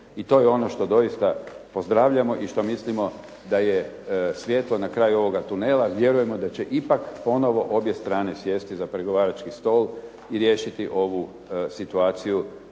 i to je ono što doista pozdravljamo i što mislimo da je svjetlo na kraju ovoga tunela. Vjerujemo da će ipak ponovo obje strane sjesti za pregovarački stol i riješiti ovu situaciju